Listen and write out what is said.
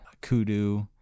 kudu